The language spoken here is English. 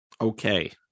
Okay